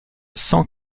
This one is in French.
cent